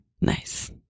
Nice